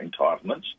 entitlements